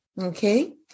Okay